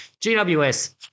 GWS